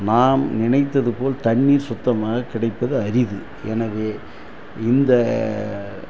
நாம் நினைத்ததுபோல் தண்ணீர் சுத்தமாக கிடைப்பது அரிது எனவே இந்த